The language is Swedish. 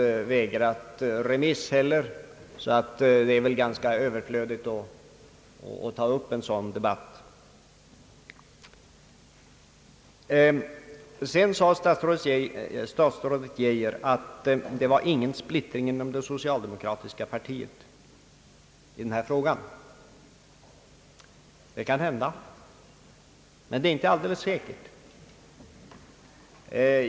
Emellertid förefaller den debatten vara ganska överflödig, eftersom ingen har vägrat remiss. Statsrådet Geijer sade att det inte råder splittring inom det socialdemo kratiska partiet i den här frågan. Det kan hända att det förhåller sig så, men det är inte alldeles säkert.